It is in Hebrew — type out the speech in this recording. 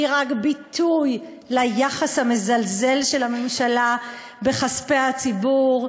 היא רק ביטוי ליחס המזלזל של הממשלה לכספי הציבור,